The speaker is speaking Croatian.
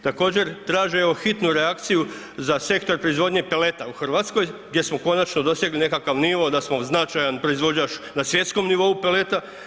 Također traže evo hitnu reakciju za sektor proizvodnje peleta u Hrvatskoj gdje smo konačno dosegli nekakav nivo da smo značajan proizvođač na svjetskom nivou peleta.